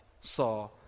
saw